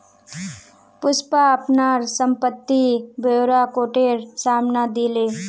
पुष्पा अपनार संपत्ति ब्योरा कोटेर साम न दिले